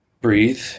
breathe